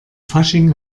fasching